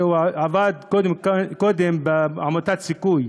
הרי הוא עבד קודם בעמותת "סיכוי"